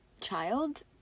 child